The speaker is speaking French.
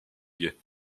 délégués